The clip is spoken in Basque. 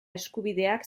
eskubideak